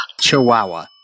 chihuahua